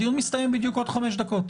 הדיון מסתיים בדיוק עוד 5 דקות.